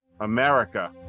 America